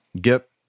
get